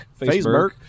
Facebook